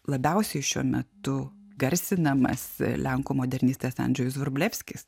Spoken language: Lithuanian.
labiausiai šiuo metu garsinamas lenkų modernistas andžejus vrublevskis